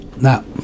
Now